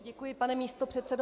Děkuji, pane místopředsedo.